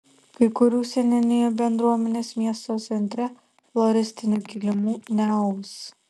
kai kurių seniūnijų bendruomenės miesto centre floristinių kilimų neaus